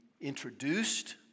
introduced